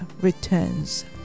returns